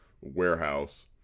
warehouse